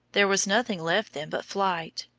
there was nothing left them but flight,